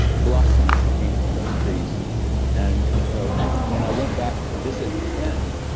the blossoms that came from those trees and when i went back to visit a friend